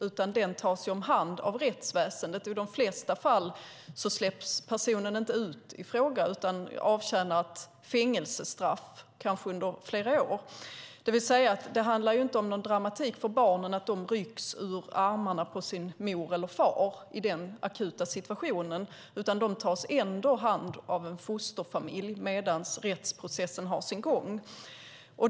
Den föräldern tas om hand av rättsväsendet, och i de flesta fall släpps personen i fråga inte ut utan avtjänar ett fängelsestraff - kanske under flera år. Det handlar inte om någon dramatik för barnen där de rycks ur armarna på sin mor eller far i den akuta situationen. De tas ändå om hand av en fosterfamilj medan rättsprocessen har sin gång.